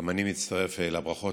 גם אני מצטרף לברכות.